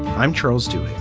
i'm charles, do